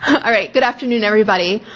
alright, good afternoon everybody.